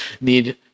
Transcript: need